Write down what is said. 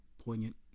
poignant